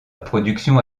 production